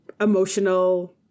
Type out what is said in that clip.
emotional